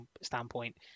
standpoint